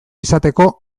izateko